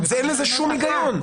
אין בזה שום היגיון.